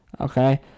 Okay